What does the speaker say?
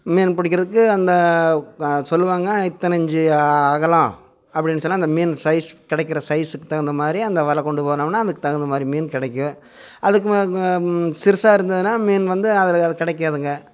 மீன் பிடிக்கிறதுக்கு அந்த சொல்லுவாங்க இத்தனை இஞ்சு அகலம் அப்படின் சொன்னா அந்த மீன் சைஸ் கிடைக்கிற சைஸ்ஸுக்கு தகுந்த மாதிரி அந்த வலை கொண்டு போனோமுன்னா அதற்கு தகுந்த மாதிரி மீன் கிடைக்கும் அதற்கு சிறுசாக இருந்ததுன்னா மீன் வந்து அதில் அது கிடைக்காதுங்க